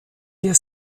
der